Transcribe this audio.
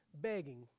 Begging